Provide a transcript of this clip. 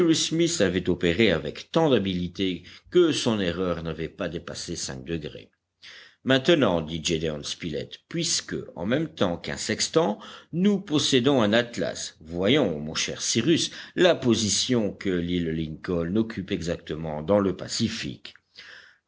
avait opéré avec tant d'habileté que son erreur n'avait pas dépassé cinq degrés maintenant dit gédéon spilett puisque en même temps qu'un sextant nous possédons un atlas voyons mon cher cyrus la position que l'île lincoln occupe exactement dans le pacifique